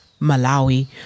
Malawi